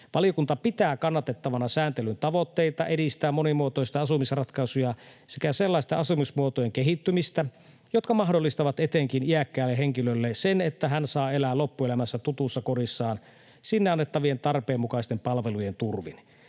Valiokunta pitää kannatettavana sääntelyn tavoitteita edistää monimuotoisia asumisratkaisuja sekä sellaista asumismuotojen kehittymistä, joka mahdollistaa etenkin iäkkäälle henkilölle sen, että hän saa elää loppuelämänsä tutussa kodissaan sinne annettavien tarpeenmukaisten palvelujen turvin.